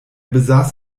besaß